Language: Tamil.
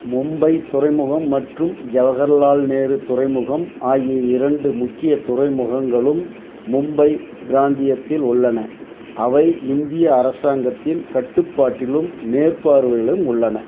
மும்பை துறைமுகம் மற்றும் ஜவகர்லால் நேரு துறைமுகம் ஆகிய இரண்டு முக்கிய துறைமுகங்களும் மும்பை பிராந்தியத்தில் உள்ளன அவை இந்திய அரசாங்கத்தின் கட்டுப்பாட்டிலும் மேற்பார்வையிலும் உள்ளன